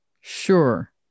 Sure